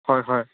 হয় হয়